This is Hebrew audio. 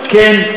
כן.